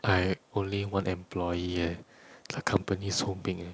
I only one employee leh the company so big eh